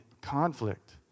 conflict